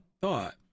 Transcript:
thought